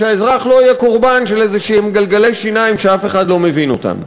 שהאזרח לא יהיה קורבן של איזה גלגלי שיניים שאף אחד לא מבין אותם.